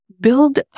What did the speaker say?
build